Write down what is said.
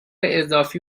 اضافی